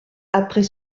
après